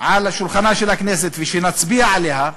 על שולחנה של הכנסת ושנצביע עליה,